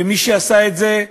ומי שעשה את זה,